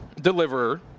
deliverer